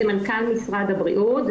זה מנכ"ל משרד הבריאות,